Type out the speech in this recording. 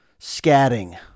Scatting